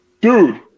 Dude